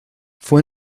fue